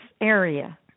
area